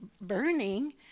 burning